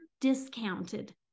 discounted